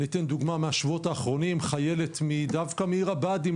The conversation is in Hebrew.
אתן דוגמה מהשבועות האחרונים: חיילת מעיר הבה"דים,